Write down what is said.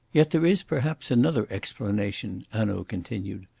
yet there is perhaps, another explanation, hanaud continued.